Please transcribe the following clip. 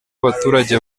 abaturage